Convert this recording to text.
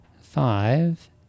five